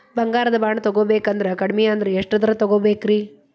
ಬಂಗಾರ ಬಾಂಡ್ ತೊಗೋಬೇಕಂದ್ರ ಕಡಮಿ ಅಂದ್ರ ಎಷ್ಟರದ್ ತೊಗೊಬೋದ್ರಿ?